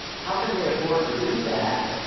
how can they afford to do that?